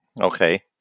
Okay